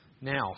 Now